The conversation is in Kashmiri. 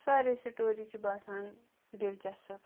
ساریٚے سِٹوری چھِ باسان دِلچَسپ